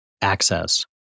access